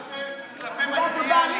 כפוית טובה כלפי מצביעי הליכוד.